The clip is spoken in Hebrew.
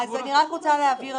אז אני רק רוצה להבהיר,